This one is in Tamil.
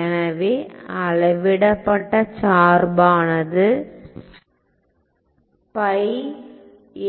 எனவே அளவிடப்பட்ட சார்பானது a